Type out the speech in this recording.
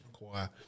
require